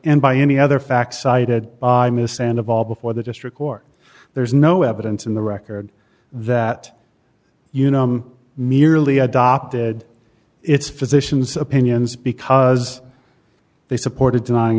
and by any other facts cited i missed and of all before the district court there is no evidence in the record that you know i'm merely adopted it's physicians opinions because they supported denying